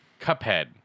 Cuphead